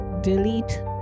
delete